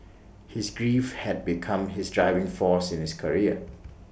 his grief had become his driving force in his career